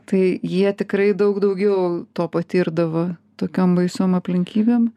tai jie tikrai daug daugiau to patirdavo tokiom baisiom aplinkybėm